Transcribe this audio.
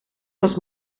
was